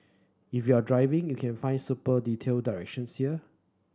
if you're driving you can find super detailed directions here